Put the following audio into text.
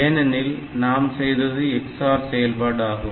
ஏனெனில் நாம் செய்தது XOR செயல்பாடு ஆகும்